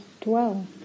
dwell